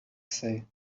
say